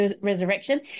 Resurrection